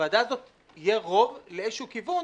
בוועדה הזאת יהיה רוב לאיזשהו כיוון,